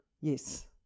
yes